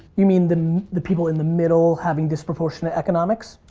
you mean the the people in the middle having disproportionate economics?